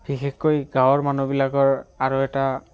বিশেষকৈ গাঁৱৰ মানুহবিলাকৰ আৰু এটা